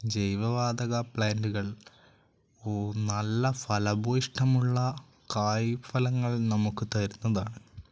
ജൈവവാതക പ്ലാൻറുകൾ ഊ നല്ല ഫലഭൂയിഷ്ടമുള്ള കായ് ഫലങ്ങൾ നമുക്ക് തരുന്നതാണ്